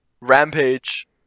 Rampage